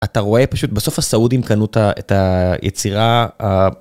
אתה רואה פשוט בסוף הסעודים קנו את ה- את ה... יצירה ה-